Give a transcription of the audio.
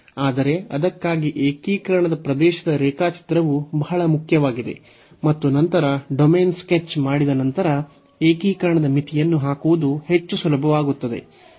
ಆದರೆ ಅದಕ್ಕಾಗಿ ಏಕೀಕರಣದ ಪ್ರದೇಶದ ರೇಖಾಚಿತ್ರವು ಬಹಳ ಮುಖ್ಯವಾಗಿದೆ ಮತ್ತು ನಂತರ ಡೊಮೇನ್ ಸ್ಕೆಚ್ ಮಾಡಿದ ನಂತರ ಏಕೀಕರಣದ ಮಿತಿಯನ್ನು ಹಾಕುವುದು ಹೆಚ್ಚು ಸುಲಭವಾಗುತ್ತದೆ